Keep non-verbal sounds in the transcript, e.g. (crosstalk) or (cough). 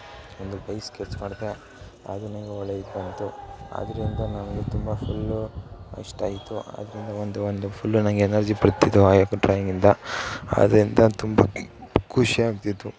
ಒಂದು ಕೈ ಸ್ಕೆಚ್ ಮಾಡಿದೆ ಅದನ್ನ (unintelligible) ಒಳ್ಳೆ ಇದು ಬಂತು ಅದರಿಂದ ನಮಗೆ ತುಂಬ ಫುಲ್ಲೂ ಇಷ್ಟ ಆಯಿತು ಅದರಿಂದ ಒಂದು ಒಂದು ಫುಲ್ಲು ನಂಗೆ ಎನರ್ಜಿ ಬರ್ತಿದ್ದವು ಆಯಪ್ಪನ ಡ್ರಾಯಿಂಗಿಂದ ಅದರಿಂದ ತುಂಬ ಖುಷಿ ಆಗ್ತಿತ್ತು